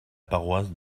paroisse